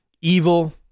evil